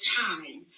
time